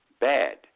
bad